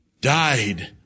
died